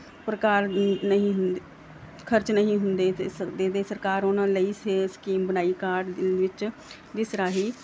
ਪ੍ਰਕਾਰ ਨਹੀਂ ਹੁੰਦੇ ਖਰਚ ਨਹੀਂ ਹੁੰਦੇ ਦੇ ਸਕਦੇ ਤੇ ਸਰਕਾਰ ਉਹਨਾਂ ਲਈ ਸਿਹਤ ਸਕੀਮ ਬਣਾਈ ਕਾਰਡ ਦੇ ਵਿੱਚ ਜਿਸ ਰਾਹੀ